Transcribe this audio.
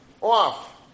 off